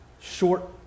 short